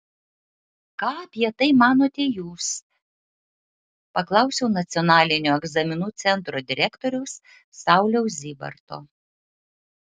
ką apie tai manote jūs paklausiau nacionalinio egzaminų centro direktoriaus sauliaus zybarto